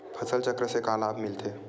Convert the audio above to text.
फसल चक्र से का लाभ मिलथे?